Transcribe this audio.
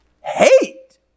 Hate